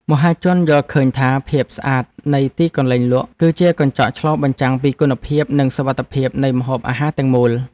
មហាជនយល់ឃើញថាភាពស្អាតនៃទីកន្លែងលក់ គឺជាកញ្ចក់ឆ្លុះបញ្ចាំងពីគុណភាពនិងសុវត្ថិភាពនៃម្ហូបអាហារទាំងមូល។